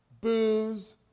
booze